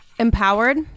Empowered